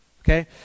Okay